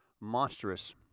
monstrous